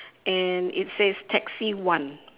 and it says taxi one